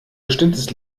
bestimmtes